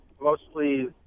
Mostly